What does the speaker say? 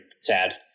sad